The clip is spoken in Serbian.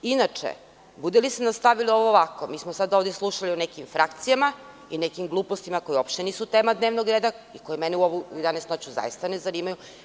Inače, bude li se nastavilo ovo ovako, mi smo sada ovde slušali o nekim frakcijama i nekim glupostima koje uopšte nisu tema dnevnog reda i koje mene u 11,00 noću zaista ne zanimaju.